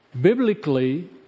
Biblically